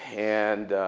and